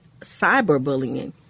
cyberbullying